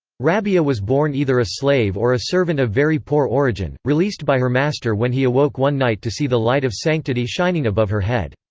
rabi'a was born either a slave or a servant of very poor origin, released by her master when he awoke one night to see the light of sanctity shining above her head.